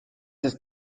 ist